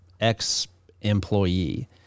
ex-employee